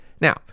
Now